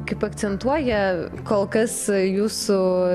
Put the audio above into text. kaip akcentuoja kol kas jūsų